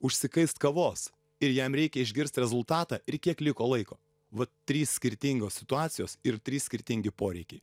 užsikaist kavos ir jam reikia išgirst rezultatą ir kiek liko laiko vat trys skirtingos situacijos ir trys skirtingi poreikiai